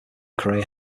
career